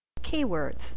keywords